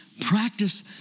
Practice